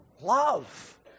love